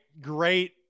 great